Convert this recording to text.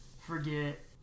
forget